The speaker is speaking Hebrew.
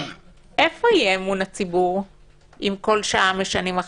איפה יהיה אמון הציבור אם כל שעה משנים החלטה?